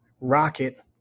rocket